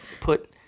put